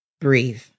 breathe